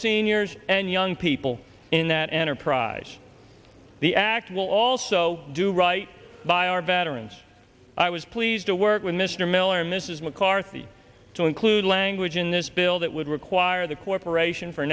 seniors and young people in that enterprise the act will also do right by our veterans i was pleased to work with mr miller mrs mccarthy to include language in this bill that would require the corporation for